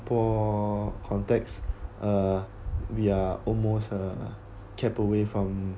for context uh we are almost uh kept away from